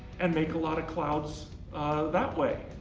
and make a lot of clouds that way.